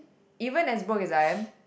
even as broke as I am